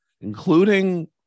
including